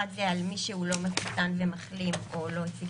אחד זה על מי שהוא לא מחוסן ומחלים או לא הציג